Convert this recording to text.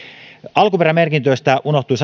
alkuperämerkinnöistä unohtui